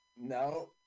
No